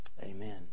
Amen